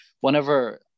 whenever